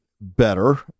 better